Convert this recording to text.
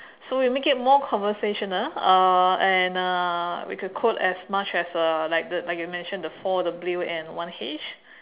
so we make it more conversational uh and uh we could quote as much as uh like the like you mentioned the four W and one H